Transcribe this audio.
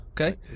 Okay